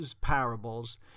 parables